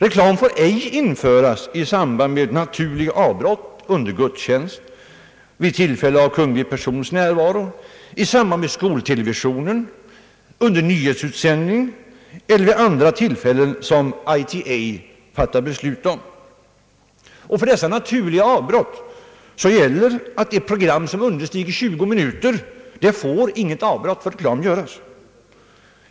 Reklam får ej införas i samband med naturliga avbrott under gudstjänst, vid tillfälle med kunglig persons närvaro, i samband med skoltelevisionen, under nyhetsutsändning eller vid andra tillfällen som ITV fattar beslut om. För dessa naturliga avbrott gäller att i ett program som understiger 20 minuter får inget avbrott för reklam göras.